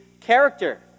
character